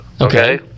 okay